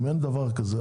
אם אין דבר כזה,